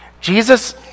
Jesus